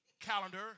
calendar